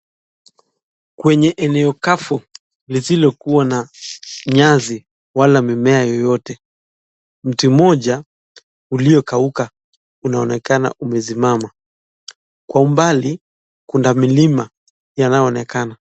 Kwenye eneo kavu lisilo kuwa na nyasi wala mimea yoyote, mti mmoja uliokauka unaonekana umesimama, kwa umbali kuna milima yanayoonekana.